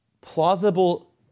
plausible